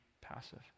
passive